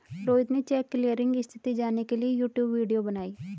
रोहित ने cheque clearing स्थिति जानने के लिए यूट्यूब वीडियो बनाई